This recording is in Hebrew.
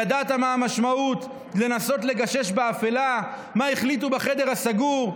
ידעת מה המשמעות לנסות לגשש באפלה מה החליטו בחדר הסגור.